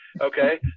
okay